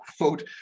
quote